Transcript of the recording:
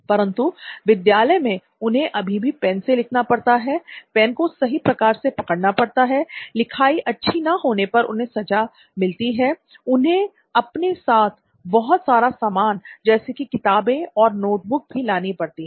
परंतु विद्यालय में उन्हें अभी भी पैन से लिखना पड़ता है पैन को सही प्रकार से पकड़ना पड़ता है लिखाई अच्छी ना होने पर उन्हें सजा मिलती है उन्हें अपने साथ बहुत सारा सामान जैसे कि किताबें और नोटबुक भी लानी पड़ती है